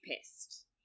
pissed